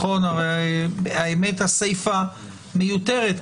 האמת הסיפא מיותרת,